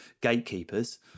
gatekeepers